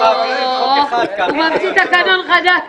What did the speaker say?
הוא ממציא תקנון חדש.